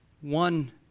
One